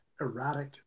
erratic